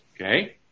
Okay